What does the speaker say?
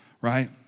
Right